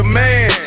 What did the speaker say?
man